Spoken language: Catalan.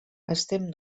estem